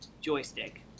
joystick